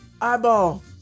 eyeball